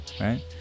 right